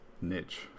Niche